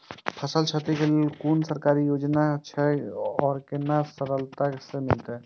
फसल छति के लेल कुन सरकारी योजना छै आर केना सरलता से मिलते?